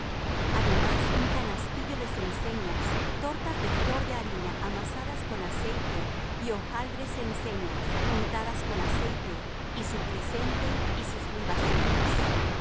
además un canastillo de cenceñas tortas de flor de harina amasadas con aceite y hojaldres cenceñas untadas con aceite y su presente y sus libaciones